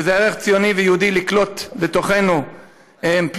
וזה ערך ציוני ויהודי לקלוט לתוכנו פליטים.